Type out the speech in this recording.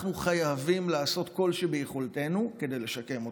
אנחנו חייבים לעשות כל שביכולתנו כדי לשקם אותו.